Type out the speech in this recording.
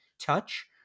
touch